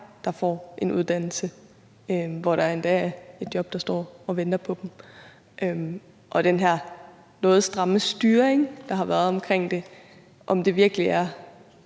der får en uddannelse, hvor der endda er et job, der står og venter på dem? Og er den her noget stramme styring, der har været omkring det, virkelig den